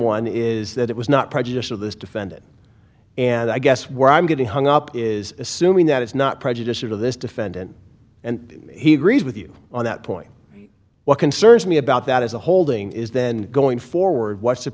one is that it was not prejudiced of this defendant and i guess where i'm getting hung up is assuming that it's not prejudicial to this defendant and he agrees with you on that point what concerns me about that as a holding is then going forward what's to